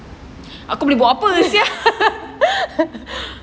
aku boleh buat apa sia